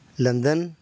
London